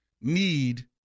need